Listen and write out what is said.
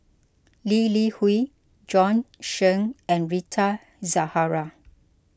Lee Li Hui Bjorn Shen and Rita Zahara